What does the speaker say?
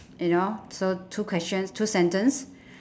you know so two questions two sentence